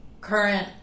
current